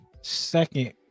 second